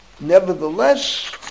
Nevertheless